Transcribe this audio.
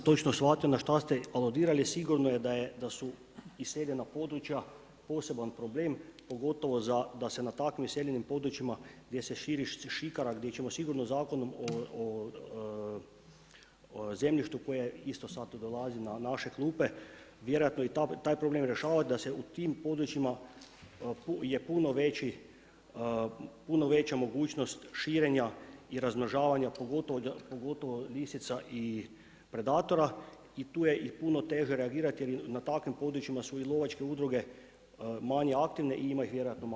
Nisam točno shvatio na šta ste aludirali, sigurno je da su iseljena područja poseban problem, pogotovo da se na takvi iseljenim područjima gdje se širi šikara, gdje ćemo sigurno Zakonom o zemljištu koje isto sada dolazi na naše klupe vjerojatno i taj problem rješavati da je u tim područjima puno veća mogućnost širenja i razmnožavanja pogotovo lisica i predatora i tu je puno teže reagirati jer na takvim područjima su i lovačke udruge manje aktivne i ima ih vjerojatno manje.